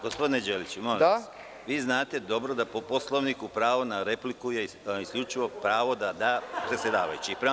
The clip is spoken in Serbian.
Gospodine Đeliću, molim vas, znate dobro da po Poslovniku pravo na repliku je isključivo pravo predsedavajućeg da da.